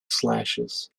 slashes